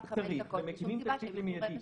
צריך, ומקימים תשתית למיידי.